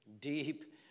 deep